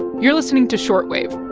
you're listening to short wave.